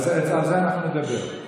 על זה אנחנו נדבר.